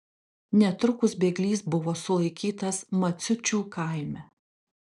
netrukus bėglys buvo sulaikytas maciučių kaime